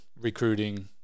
recruiting